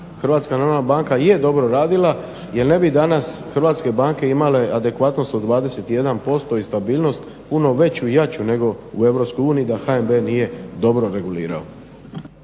radio nego dapače HNB je dobro radila jer ne bi danas hrvatske banke imale adekvatnost od 21% i stabilnost puno veću i jaču nego u EU da HNB nije dobro regulirao.